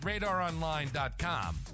RadarOnline.com